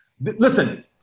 Listen